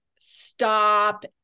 stop